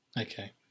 Okay